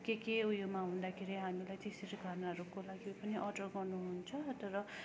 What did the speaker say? अब के के उयोमा हुँदाखेरि हामीलाई त्यसरी खानाहरूको लागि पनि अर्डर गर्नुहुन्छ तर